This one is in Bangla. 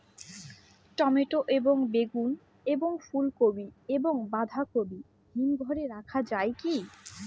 টমেটো এবং বেগুন এবং ফুলকপি এবং বাঁধাকপি হিমঘরে রাখা যায় কি?